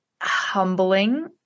humbling